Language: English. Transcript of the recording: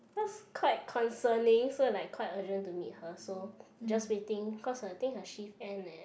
cause quite concerning so like quite urgent to meet her so just waiting cause uh I think her shift end at